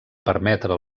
permetre